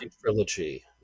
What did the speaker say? Trilogy